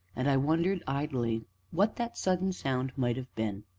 and i wondered idly what that sudden sound might have been.